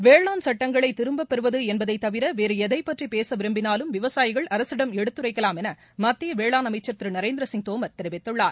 வேளாண் சட்டங்களை திரும்பப்பெறுவது என்பதை தவிர வேறு எதைப்பற்றி பேச விரும்பினாலும் விவசாயிகள் அரசிடம் எடுத்துரைக்கலாம் என மத்திய வேளாண் அமைக்சர் திரு நரேந்திரசிங் தோமர் தெரிவித்துள்ளார்